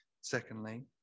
Secondly